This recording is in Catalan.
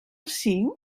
cinc